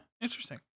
interesting